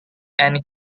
and